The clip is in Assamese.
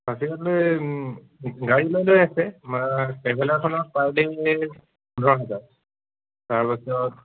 পাচিঘাটলৈ গাড়ী লৈ লৈ আছে আমাৰ ট্ৰেভেলাৰখনৰ পাৰ ডে' পোন্ধৰ হাজাৰ তাৰপাছত